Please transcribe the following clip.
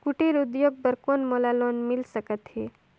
कुटीर उद्योग बर कौन मोला लोन मिल सकत हे?